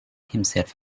himself